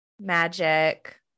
magic